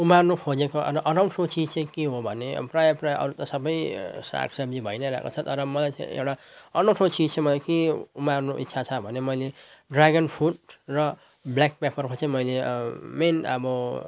उमार्नु खोजेको अ अनौठो चिजचाहिँ के भने प्रायः प्रायः अरू त सबै साग सब्जी भई नै रहेको छ तर मलाई चाहिँ एउटा अनौठो चिज चाहिँ के उमार्नु इच्छा छ भने मैले ड्र्यागन फ्रुट र ब्ल्याक पेपरको चाहिँ मैले मेन अब